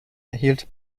erhielt